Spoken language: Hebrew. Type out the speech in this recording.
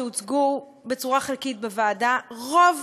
שהוצגו בצורה חלקית בוועדה רוב